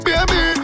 Baby